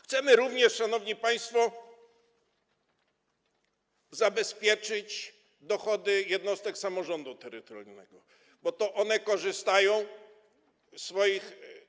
Chcemy również, szanowni państwo, zabezpieczyć dochody jednostek samorządu terytorialnego, bo one korzystają w swoich.